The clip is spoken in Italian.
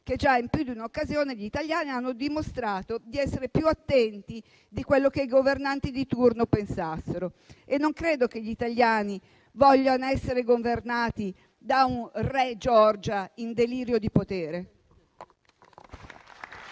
In più di un'occasione gli italiani hanno dimostrato di essere più attenti di quello che i governanti di turno pensavano e non credo che vogliano essere governati da un re Giorgia in delirio di potere.